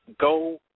Go